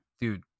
dude